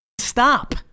stop